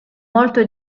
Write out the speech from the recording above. molto